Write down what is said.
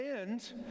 end